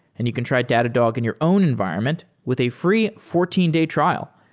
and you can try datadog in your own environment with a free fourteen day trial.